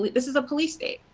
like this is a police state.